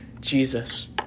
Jesus